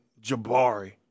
Jabari